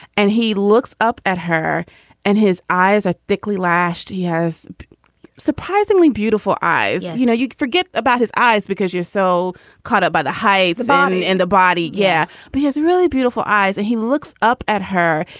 and he looks up at her and his eyes are thickly lashed. he has surprisingly beautiful eyes. you know, you forget about his eyes because you're so caught up by the high body and the body. yeah, but his really beautiful eyes, and he looks up at her.